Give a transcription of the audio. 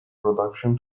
production